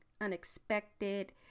unexpected